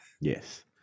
Yes